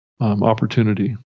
opportunity